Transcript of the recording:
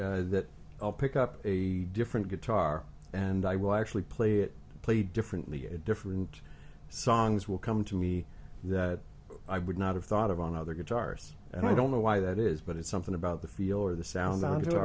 interesting that i'll pick up a different guitar and i will actually play it play differently at different songs will come to me that i would not have thought of on other guitars and i don't know why that is but it's something about the feel or the sound down to